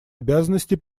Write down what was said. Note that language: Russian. обязанностей